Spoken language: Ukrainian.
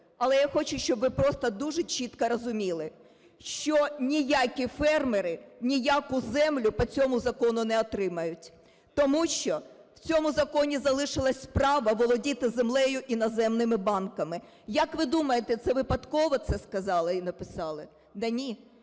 Але я хочу, щоб ви просто дуже чітко розуміли, що ніякі фермери ніяку землю по цьому закону не отримають, тому що в цьому законі залишилось право володіти землею іноземним банкам. Як ви думаєте, це випадково це сказали і написали?